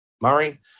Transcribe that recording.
Murray